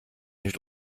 nicht